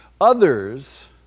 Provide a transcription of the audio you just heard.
Others